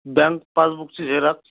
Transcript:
bank पासबुकची xerox